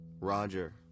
Roger